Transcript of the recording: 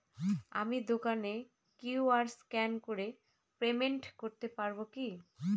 আমি দোকানে QR scan করে পেমেন্ট করতে পারবো কি?